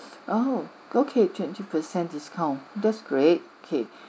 oh okay twenty percent discount that's great okay